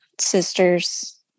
Sisters